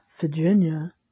Virginia